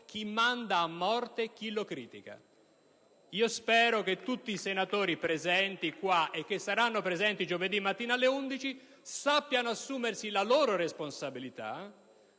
chi manda a morte chi lo critica. Io spero che tutti i senatori presenti qui e che saranno presenti giovedì mattina alle 11 sappiano assumersi le loro responsabilità